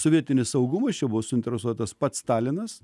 sovietinis saugumas čia buvo suinteresuotas pats stalinas